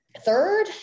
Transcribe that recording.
Third